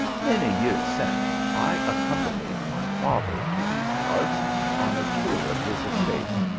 many years since, i accompanied my father to these parts on a tour of his estates,